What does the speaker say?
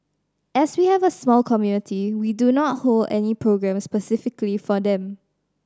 as we have a small community we do not hold any programmes specifically for them